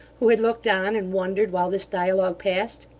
who had looked on and wondered while this dialogue passed.